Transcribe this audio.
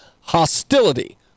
hostility